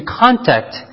contact